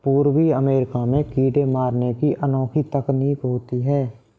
पूर्वी अमेरिका में कीड़े मारने की अनोखी तकनीक होती है